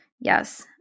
Yes